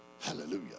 Hallelujah